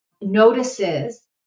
notices